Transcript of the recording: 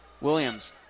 Williams